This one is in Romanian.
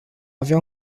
avea